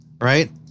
right